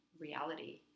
reality